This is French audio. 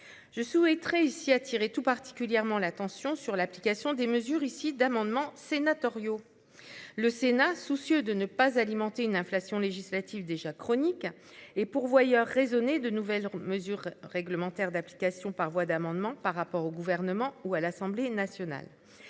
Je souhaiterais ici attirer tout particulièrement l'attention sur l'application des mesures ici d'amendements sénatoriaux. Le Sénat, soucieux de ne pas alimenter une inflation législative déjà chronique et pourvoyeur raisonner de nouvelles mesures réglementaires d'application par voie d'amendement par rapport au gouvernement ou à l'Assemblée nationale.